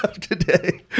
today